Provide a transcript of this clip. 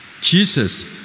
Jesus